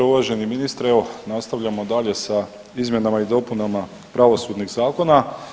Uvaženi ministre, evo nastavljamo dalje sa izmjenama i dopunama pravosudnih zakona.